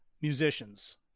musicians